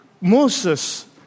Moses